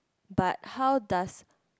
but how does